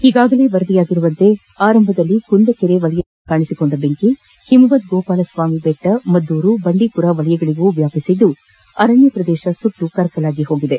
ಈಗಾಗಲೇ ವರದಿಯಾಗಿರುವಂತೆ ಕುಂದಕೆರೆ ವಲಯದಲ್ಲಿ ಕಳೆದ ವಾರ ಕಾಣಿಸಿಕೊಂಡ ಬೆಂಕಿ ಹಿಮವದ್ ಗೋಪಾಲಸ್ವಾಮಿ ಬೆಟ್ಟ ಮದ್ದೂರು ಬಂಡೀಪುರ ವಲಯಗಳಗೂ ವ್ಯಾಪಿಸಿದ್ದು ಅರಣ್ಯ ಪ್ರದೇಶ ಸುಟ್ಟು ಕರಕಲಾಗಿದೆ